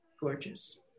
gorgeous